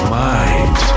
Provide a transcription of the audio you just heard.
mind